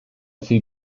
viel